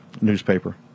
newspaper